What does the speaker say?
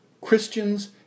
Christians